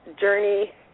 journey